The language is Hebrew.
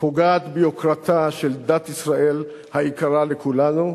פוגעת ביוקרתה של דת ישראל, היקרה לכולנו,